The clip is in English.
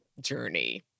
journey